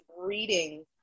reading